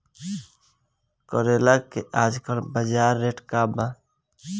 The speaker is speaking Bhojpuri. करेला के आजकल बजार रेट का बा?